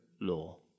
law